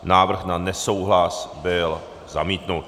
Návrh na nesouhlas byl zamítnut.